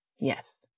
Yes